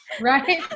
Right